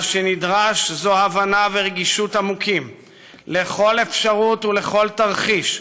מה שנדרש זו הבנה ורגישות עמוקים לכל אפשרות ולכל תרחיש,